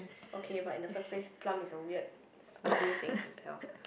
okay but in the first place plum is a weird smoothie thing to sell